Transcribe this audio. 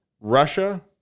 Russia